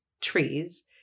trees